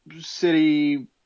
city